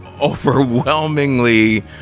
overwhelmingly